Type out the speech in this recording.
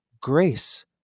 grace